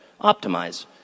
optimize